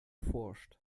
forscht